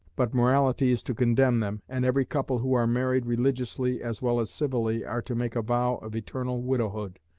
but morality is to condemn them, and every couple who are married religiously as well as civilly are to make a vow of eternal widowhood,